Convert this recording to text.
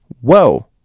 whoa